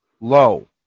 low